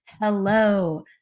Hello